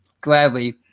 gladly